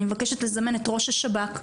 אני מבקשת לזמן את ראש השב"כ,